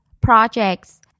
projects